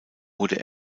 wurde